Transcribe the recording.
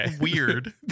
weird